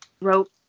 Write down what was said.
wrote